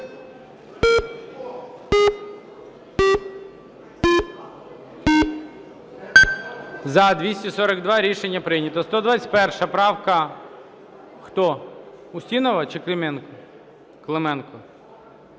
За-242 Рішення прийнято. 121 правка. Хто, Устінова чи Клименко? Клименко.